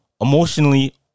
emotionally